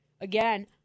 again